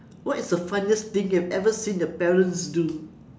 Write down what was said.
what is the funniest thing you have ever seen your parents do